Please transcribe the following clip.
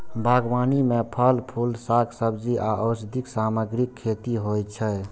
बागबानी मे फल, फूल, शाक, सब्जी आ औषधीय सामग्रीक खेती होइ छै